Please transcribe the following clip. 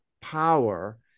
power